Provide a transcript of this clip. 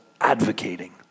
advocating